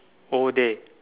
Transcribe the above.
all day